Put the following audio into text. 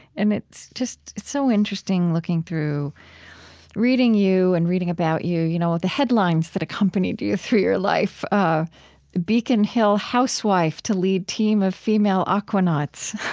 and it's just so interesting, looking through reading you and reading about you, you, know ah the headlines that accompanied you you through your life beacon hill housewife to lead team of female aquanauts.